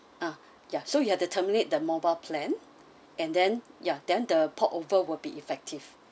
ah yeah so you have to terminate the mobile plan and then ya then the port over will be effective